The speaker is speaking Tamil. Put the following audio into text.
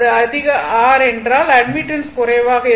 அதிக R என்றால் அட்மிட்டன்ஸ் குறைவாக இருக்கும்